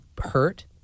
hurt